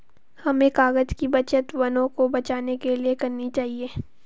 हमें कागज़ की बचत वनों को बचाने के लिए करनी चाहिए